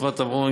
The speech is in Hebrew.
בסמת-טבעון,